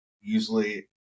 usually